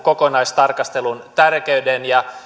kokonaistarkastelun tärkeyden ja